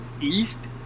East